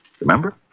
Remember